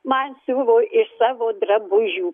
man siuvo iš savo drabužių